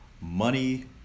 money